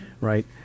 right